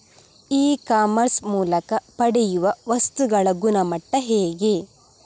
E commerce ಮೂಲಕ ಪಡೆಯುವ ವಸ್ತುಗಳ ಗುಣಮಟ್ಟ ಹೇಗೆ?